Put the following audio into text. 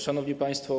Szanowni Państwo!